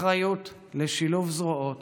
אחריות לשילוב זרועות